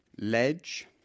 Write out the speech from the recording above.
ledge